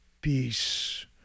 peace